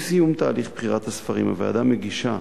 עם סיום תהליך בחירת הספרים הוועדה מגישה